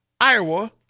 Iowa